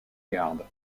garde